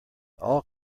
all